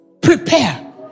prepare